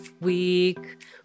week